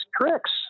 tricks